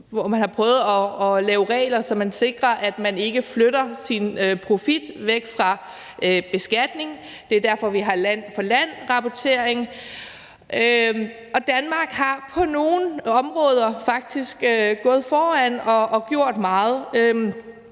har prøvet at lave regler, så man sikrer, at nogen ikke flytter deres profit væk fra beskatning, og det er derfor, vi har land for land-rapporteringer, og Danmark er på nogle områder faktisk gået foran og har gjort meget.